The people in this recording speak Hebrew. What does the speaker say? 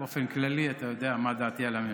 באופן כללי אתה יודע מה דעתי על הממשלה.